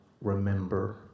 remember